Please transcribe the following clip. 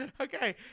Okay